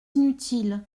inutile